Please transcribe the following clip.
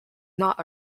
not